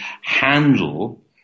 handle